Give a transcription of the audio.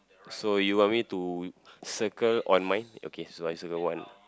so you want to circle on mine okay so I circle one